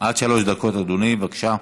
עד שלוש דקות, אדוני, בבקשה.